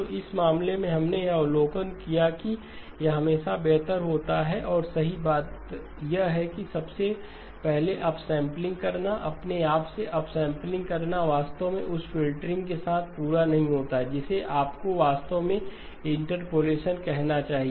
तो इस मामले में हमने यह भी अवलोकन किया कि यह हमेशा बेहतर होता है और सही बात यह है कि सबसे पहले अपसम्पलिंग करना अपने आप से अपसम्पलिंग करना वास्तव में उस फ़िल्टरिंग के साथ पूरा नहीं होता है जिसे आपको वास्तव में इंटरपोलेशन कहना चाहिए